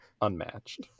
unmatched